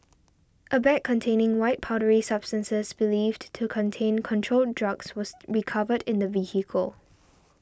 a bag containing white powdery substances believed to to contain controlled drugs was recovered in the vehicle